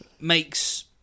makes